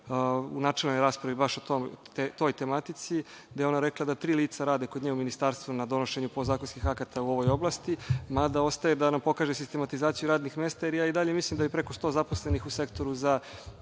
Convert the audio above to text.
u načelnoj raspravi baš o toj tematici, gde je ona rekla da tri lica rade kod nje u Ministarstvu na donošenju podzakonskih akata u ovoj oblasti, mada ostaje da nam pokaže sistematizaciju radnih mesta, jer ja i dalje mislim da je preko 100 zaposlenih u Sektoru za